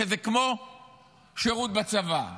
שזה כמו שירות בצבא.